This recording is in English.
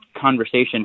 conversation